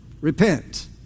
Repent